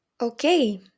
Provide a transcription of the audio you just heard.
Okay